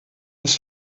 des